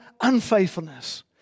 unfaithfulness